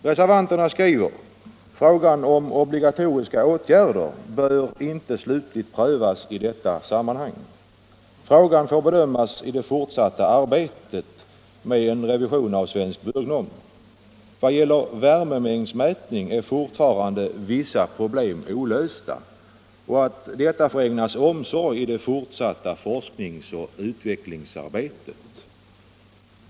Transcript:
Reservanterna skriver: ”Frågan om obligatoriska åtgärder bör inte slutligt prövas i detta sammanhang.” Frågan får, menar reservanterna, bedömas i det fortsatta arbetet på en revision av Svensk byggnorm. Vad gäller värmemängdsmätning är fortfarande vissa problem olösta, heter det vidare, och detta får ägnas omsorg i det fortsatta forskningsoch utvecklingsarbetet.